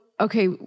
okay